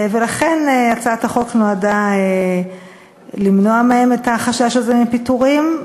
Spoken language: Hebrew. ולכן הצעת החוק נועדה למנוע מהן את החשש הזה מפיטורים.